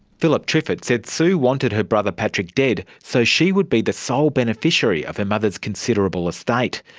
phillip triffett said sue wanted her brother patrick dead so she would be the sole beneficiary of her mother's considerable estate.